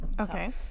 Okay